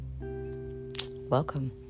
welcome